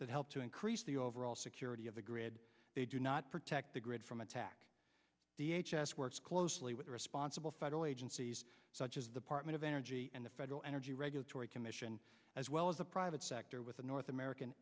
that help to increase the overall security of the grid they do not protect the grid from attack the h s works closely with responsible federal agencies such as the part of energy and the federal energy regulatory commission as well as the private sector with the north american